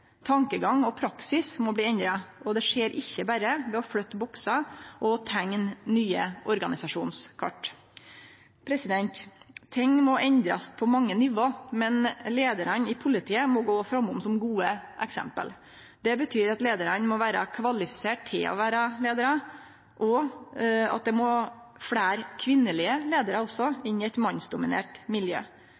skjer ikkje berre ved å flytte boksar og å teikne nye organisasjonskart. Ting må endrast på mange nivå, men leiarane i politiet må gå føre som gode eksempel. Det betyr at leiarane må vere kvalifiserte til å vere leiarar, og at det også må fleire kvinnelege leiarar inn i eit mannsdominert miljø.